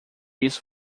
isso